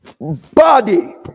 body